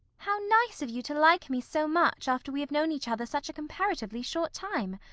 how nice of you to like me so much after we have known each other such a comparatively short time.